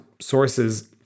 sources